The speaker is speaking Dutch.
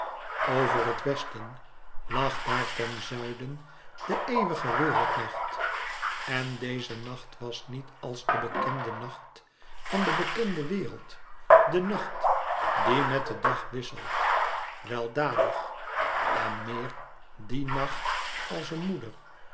over het westen lag dààr ten zuiden de eeuwige wereldnacht en deze nacht was niet als de bekende nacht van de bekende wereld de nacht die met den dag wisselt weldadig en meer diè nacht als een moeder